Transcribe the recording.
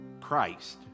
Christ